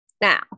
Now